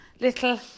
Little